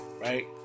right